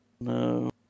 No